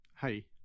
hey